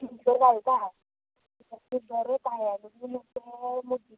थंय भितर घालतां मागीर बरो पांयानी मगो तो मुड्डीतां